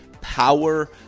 power